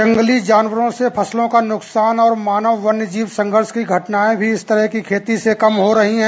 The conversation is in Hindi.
जंगली जानवरों से फसलों का नुकसान और मानव वन्य जीव संघर्ष की घटनाएं भी इस तरह की खेती से कम हो रही है